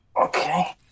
Okay